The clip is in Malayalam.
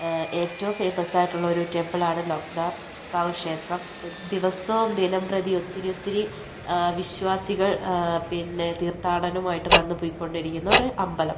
ഏറ്റവും ഫേമസ് ആയിട്ടുള്ള ഒരു ടെമ്പിൾ ആണ് ലോകനാർക്കാവ് ക്ഷേത്രം ദിവസവും ദിനംപ്രതി ഒത്തിരിയൊത്തിരി വിശ്വാസികൾ പിന്നെ തീർത്ഥാടനം ആയിട്ട് വന്നു പോയിക്കൊണ്ടിരിക്കുന്ന ഒരു അമ്പലം